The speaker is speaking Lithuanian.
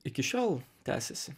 iki šiol tęsiasi